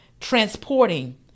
transporting